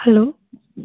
hello